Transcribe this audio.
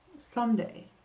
someday